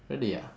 really ah